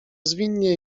zwinnie